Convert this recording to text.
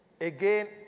Again